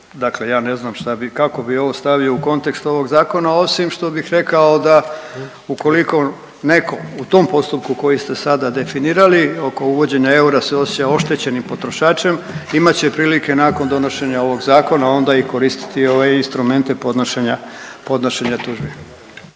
Dakle ja ne znam šta bi, kako bi ovo stavio u kontekst ovog zakona osim što bih rekao da ukoliko neko u tom postupku koji ste sada definirali oko uvođenja eura se osjeća oštećenim potrošačem imat će prilike nakon donošenja ovog zakona onda i koristiti ove instrumente podnošenja,